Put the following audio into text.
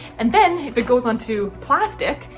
and then if it goes on to plastic,